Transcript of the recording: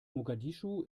mogadischu